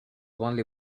only